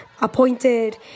Appointed